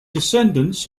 descendants